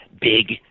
big